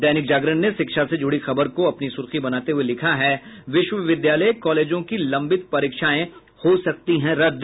दैनिक जागरण ने शिक्षा से जुड़ी खबर को अपनी सुर्खी बनाते हुये लिखा है विश्वविद्यालय कॉलेजों की लम्बित परीक्षाएं हो सकती हैं रद्द